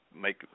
make